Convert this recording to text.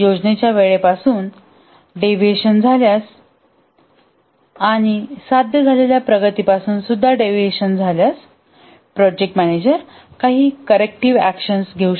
योजनेच्या वेळे पासून डेव्हिएशन झाल्यास आणि साध्य झालेल्या प्रगती पासून डेव्हिएशन झाल्यास प्रोजेक्ट मॅनेजर काही करेक्टिव्ह अकॅशन्सcorrective actions